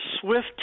SWIFT